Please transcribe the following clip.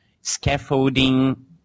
scaffolding